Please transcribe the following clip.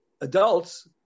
adults